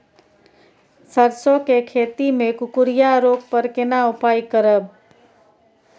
सरसो के खेती मे कुकुरिया रोग पर केना उपाय करब?